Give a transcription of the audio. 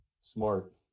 Smart